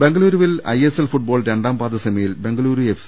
ബംഗുളൂരുവിൽ ISL football രണ്ടാംപാദ semi യിൽ Bengaluru F